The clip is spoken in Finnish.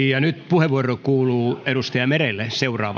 puheenvuoro kuuluu edustaja merelle